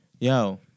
Yo